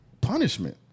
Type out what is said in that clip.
punishment